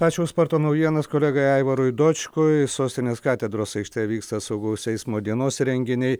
ačiū už sporto naujienas kolegai aivarui dočkui sostinės katedros aikštėje vyksta saugaus eismo dienos renginiai